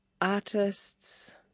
artists